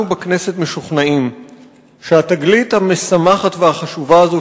אנחנו בכנסת משוכנעים שהתגלית המשמחת והחשובה הזאת